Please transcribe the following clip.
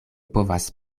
povas